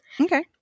Okay